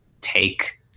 take